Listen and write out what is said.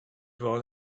was